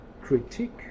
Critique